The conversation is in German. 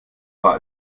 war